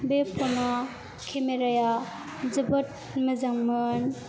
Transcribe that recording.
बे फ'नआ केमेराया जोबोद मोजांमोन